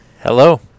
hello